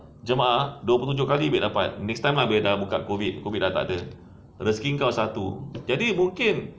jemaah dua puluh tujuh kali babe dapat next time ah bila dah buka COVID COVID dah takde rezeki kau satu jadi mungkin